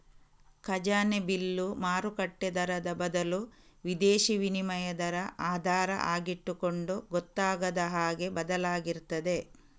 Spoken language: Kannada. ಖಜಾನೆ ಬಿಲ್ಲು ಮಾರುಕಟ್ಟೆ ದರದ ಬದಲು ವಿದೇಶೀ ವಿನಿಮಯ ದರ ಆಧಾರ ಆಗಿಟ್ಟುಕೊಂಡು ಗೊತ್ತಾಗದ ಹಾಗೆ ಬದಲಾಗ್ತಿರ್ತದೆ